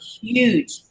huge